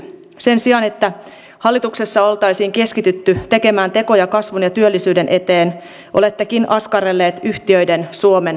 sen sijaan että hallituksessa oltaisiin keskitytty tekemään tekoja kasvun ja työllisyyden eteen olettekin askarrelleet yhtiöiden suomen parissa